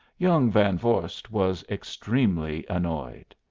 young van vorst was extremely annoyed.